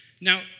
Now